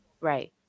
Right